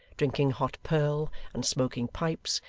drinking hot purl, and smoking pipes,